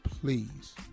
please